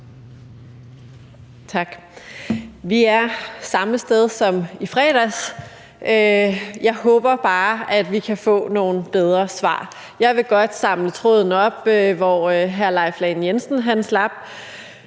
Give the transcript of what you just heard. Tak. Vi er samme sted som i fredags. Jeg håber bare, at vi kan få nogle bedre svar. Jeg vil godt samle tråden op, hvor hr. Leif Lahn Jensen slap